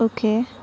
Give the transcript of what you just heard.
okay